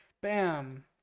bam